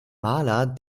maler